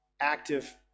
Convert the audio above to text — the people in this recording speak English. active